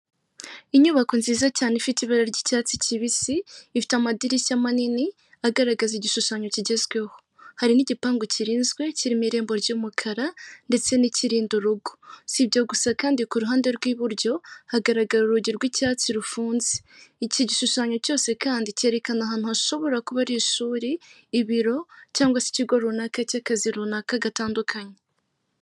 Inyubako nziza cyane ifite ibara ry'icyatsi kibisi ifite amadirishya manini agaragaza igishushanyo kigezweho hari n'igipangu kirinzwe kirimo irembo ry'umukara ndetse n'ikirinda urugo si ibyo gusa kandi ku ruhande rw'iburyo hagaragara urugi rw'icyatsi rufunze iki gishushanyo cyose kandi cyerekana ahantu hashobora kuba ari ishuri ibiro cyangwa se ikigo runaka cy'akazi runaka gatandukanye.